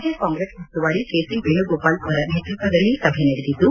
ರಾಜ್ಯ ಕಾಂಗ್ರೆಸ್ ಉಸ್ತುವಾರಿ K C Venugopal ಅವರ ನೇತೃತ್ವದಲ್ಲಿ ಸಭೆ ನಡೆದಿದ್ದು